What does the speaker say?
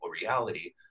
reality